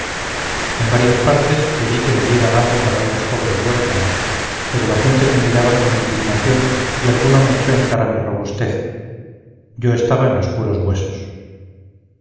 en varias partes pedí que me dieran algo para unos pobres huérfanos pero la gente me miraba con indignación y alguno me echó en cara mi robustez yo estaba en los puros huesos